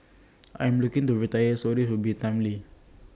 I am looking to retire so this will be timely